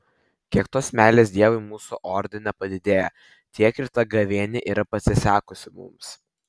kiek tos meilės dievui mūsų ordine padidėja tiek ir ta gavėnia yra pasisekusi mums